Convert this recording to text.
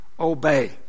obey